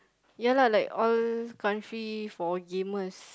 yeah lah like all country for gamers